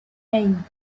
hey